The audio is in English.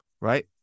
right